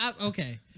Okay